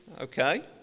okay